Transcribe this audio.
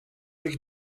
ich